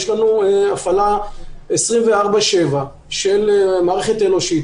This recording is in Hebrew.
יש לנו הפעלה של 24/7 של מערכת אנושית,